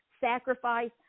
sacrifice